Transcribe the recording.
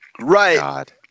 right